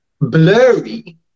blurry